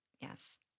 Yes